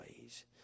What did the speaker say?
ways